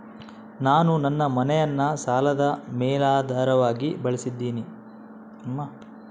ನಾನು ನನ್ನ ಮನೆಯನ್ನ ಸಾಲದ ಮೇಲಾಧಾರವಾಗಿ ಬಳಸಿದ್ದಿನಿ